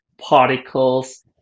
particles